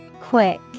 Quick